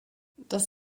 das